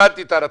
הבנתי את הערתך.